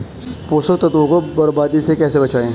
पोषक तत्वों को बर्बादी से कैसे बचाएं?